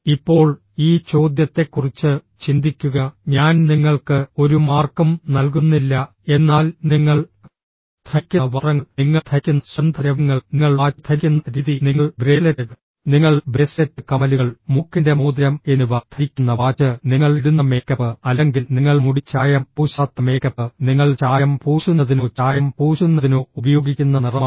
ഇപ്പോൾ ഈ ചോദ്യത്തെക്കുറിച്ച് ചിന്തിക്കുക ഞാൻ നിങ്ങൾക്ക് ഒരു മാർക്കും നൽകുന്നില്ല എന്നാൽ നിങ്ങൾ ധരിക്കുന്ന വസ്ത്രങ്ങൾ നിങ്ങൾ ധരിക്കുന്ന സുഗന്ധദ്രവ്യങ്ങൾ നിങ്ങൾ വാച്ച് ധരിക്കുന്ന രീതി നിങ്ങൾ ബ്രേസ്ലെറ്റ് നിങ്ങൾ ബ്രേസ്ലെറ്റ് കമ്മലുകൾ മൂക്കിൻറെ മോതിരം എന്നിവ ധരിക്കുന്ന വാച്ച് നിങ്ങൾ ഇടുന്ന മേക്കപ്പ് അല്ലെങ്കിൽ നിങ്ങൾ മുടി ചായം പൂശാത്ത മേക്കപ്പ് നിങ്ങൾ ചായം പൂശുന്നതിനോ ചായം പൂശുന്നതിനോ ഉപയോഗിക്കുന്ന നിറമാണ്